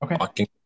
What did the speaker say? Okay